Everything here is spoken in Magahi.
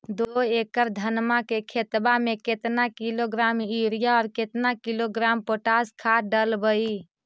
दो एकड़ धनमा के खेतबा में केतना किलोग्राम युरिया और केतना किलोग्राम पोटास खाद डलबई?